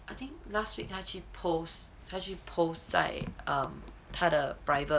I think last week 她去 post 她去 post 在她的 private